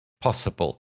possible